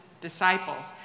disciples